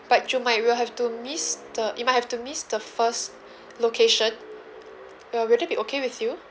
but you might will have to miss the it might have to miss the first location uh would that be okay with you